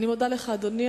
אני מודה לך, אדוני.